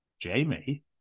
Jamie